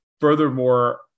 Furthermore